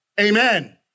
amen